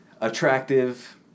attractive